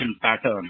pattern